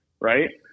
right